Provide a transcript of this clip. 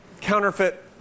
counterfeit